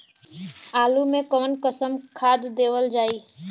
आलू मे कऊन कसमक खाद देवल जाई?